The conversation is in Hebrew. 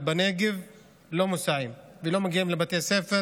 בנגב שלא מוסעים ולא מגיעים לבתי ספר